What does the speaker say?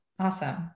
Awesome